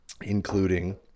including